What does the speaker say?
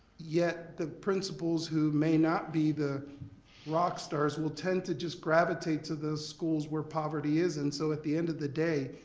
yet the principals who may not be the rock stars will tend to just gravitate to those schools where poverty is. and so at the end of the day,